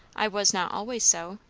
i was not always so,